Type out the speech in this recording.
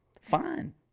fine